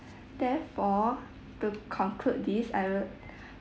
therefore to conclude this I would